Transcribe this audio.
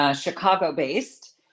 Chicago-based